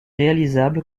réalisable